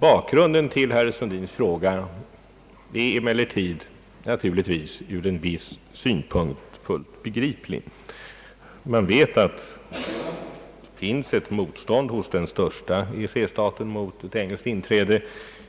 Bakgrunden till herr Sundins fråga är naturligtvis från en viss synpunkt fullt begriplig. Man vet att det finns ett motstånd hos den största EEC-staten mot ett engelskt inträde.